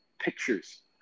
pictures